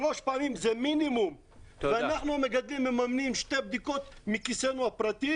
אנחנו ממנים שתי בדיקות מכיסנו הפרטי